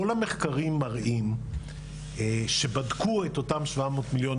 כל המחקרים מראים שבדקו את אותם 700 מיליון,